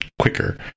quicker